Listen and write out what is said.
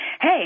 hey